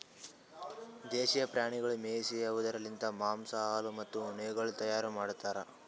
ದೇಶೀಯ ಪ್ರಾಣಿಗೊಳಿಗ್ ಮೇಯಿಸಿ ಅವ್ದುರ್ ಲಿಂತ್ ಮಾಂಸ, ಹಾಲು, ಮತ್ತ ಉಣ್ಣೆಗೊಳ್ ತೈಯಾರ್ ಮಾಡ್ತಾರ್